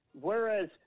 Whereas